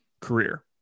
career